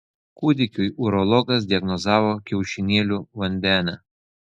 kūdikiui urologas diagnozavo kiaušinėlių vandenę